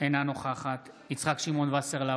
אינה נוכחת יצחק שמעון וסרלאוף,